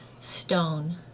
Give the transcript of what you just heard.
stone